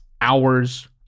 hours